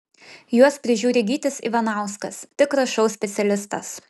juos prižiūri gytis ivanauskas tikras šou specialistas